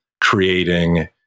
creating